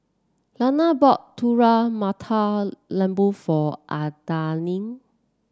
Lana bought Telur Mata Lembu for Adalyn